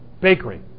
bakery